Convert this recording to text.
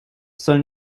soll